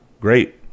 great